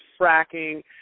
fracking